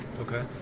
Okay